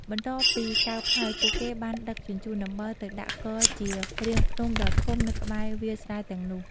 បន្ទាប់ពីកើបហើយ ពួកគេបានដឹកជញ្ជូនអំបិលទៅដាក់គរជារាងភ្នំដ៏ធំនៅក្បែរវាលស្រែទាំងនោះ។